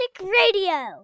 Radio